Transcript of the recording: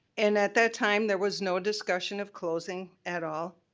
and at that time, there was no discussion of closing at all.